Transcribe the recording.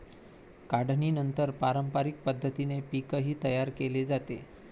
काढणीनंतर पारंपरिक पद्धतीने पीकही तयार केले जाते